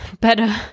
better